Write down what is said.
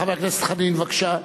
חבר הכנסת חנין, בבקשה.